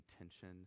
intention